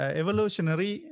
evolutionary